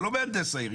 זה לא מהנדס העיר,